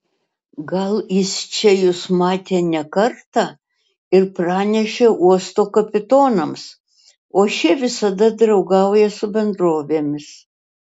gal jis čia jus matė ne kartą ir pranešė uosto kapitonams o šie visada draugauja su bendrovėmis